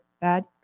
bad